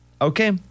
Okay